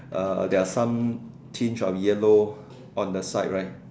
uh there are some tinge of yellow on the side right